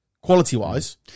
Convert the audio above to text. quality-wise